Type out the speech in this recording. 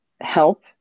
help